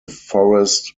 forest